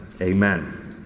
Amen